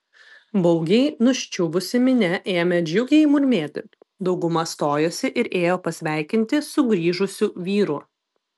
baugiai nuščiuvusi minia ėmė džiugiai murmėti dauguma stojosi ir ėjo pasveikinti sugrįžusių vyrų